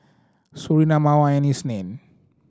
Surinam Mawar and Isnin